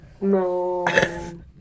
No